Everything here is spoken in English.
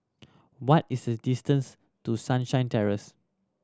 what is the distance to Sunshine Terrace